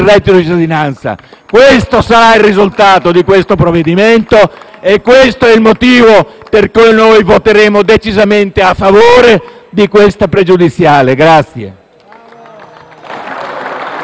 Questo sarà il risultato di questo provvedimento e questo è il motivo per cui noi voteremo decisamente a favore della questione pregiudiziale.